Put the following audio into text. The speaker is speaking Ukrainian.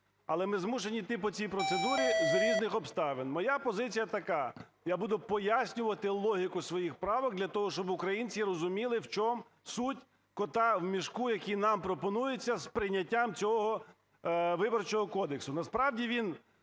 Але ми змушені йти по цій процедурі з різних обставин. Моя позиція така. Я буду пояснювати логіку своїх правок для того, щоб українці розуміли, в чому суть "кота в мішку", який нам пропонується з прийняттям цього Виборчого кодексу. Насправді він